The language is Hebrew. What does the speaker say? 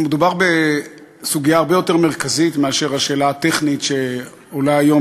מדובר בסוגיה הרבה יותר מרכזית מאשר השאלה הטכנית שעולה היום